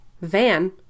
van